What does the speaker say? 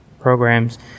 programs